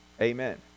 Amen